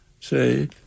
Say